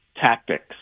tactics